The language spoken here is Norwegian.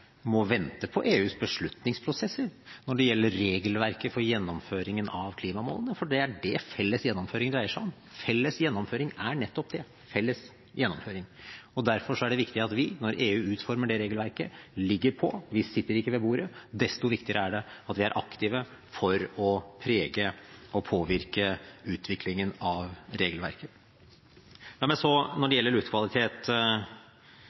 må vente på EUs beslutningsprosesser når det gjelder regelverket for gjennomføringen av klimamålene, for det er det felles gjennomføring dreier seg om. Felles gjennomføring er nettopp det: felles gjennomføring. Derfor er det viktig at vi ligger frempå når EU utformer det regelverket. Vi sitter ikke ved bordet, desto viktigere er det at vi er aktive for å prege og påvirke utviklingen av regelverket. La meg så – når det gjelder luftkvalitet